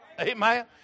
amen